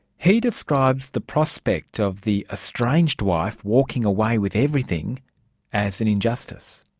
he describes the prospect of the estranged wife walking away with everything as an injustice.